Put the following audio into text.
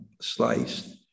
sliced